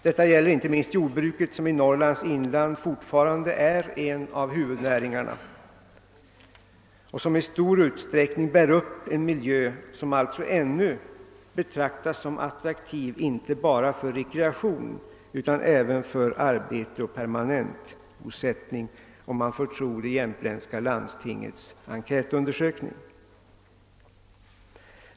Detta gäller inte minst jordbruket, som i Norrlands inland fortfarande är en av huvudnäringarna och som i stor utsträckning bär upp en miljö som ännu betraktas som attraktiv inte bara för rekreation utan även för arbete och permanentbosättning, om man får tro det jämtländska landstingets enkätundersökning.